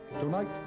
tonight